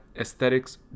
aesthetics